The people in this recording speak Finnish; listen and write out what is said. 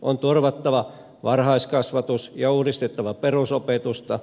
on turvattava varhaiskasvatus ja uudistettava perusopetusta